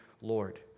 Lord